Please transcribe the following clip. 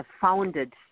founded